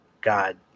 God